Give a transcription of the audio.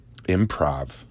Improv